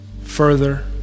further